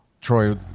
Troy